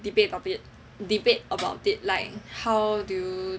debate of it debate about it like how do you